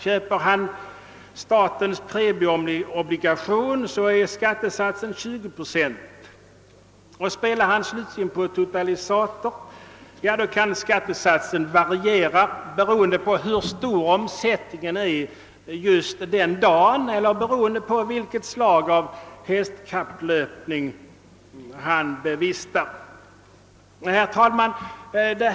Vinner han på statens premieobligationer är skattesatsen 20 procent, och spelar han på totalisator kan skattesatsen variera beroende på hur stor omsättningen är just den dagen och vilket slag av hästkapplöpning det gäller. Herr talman!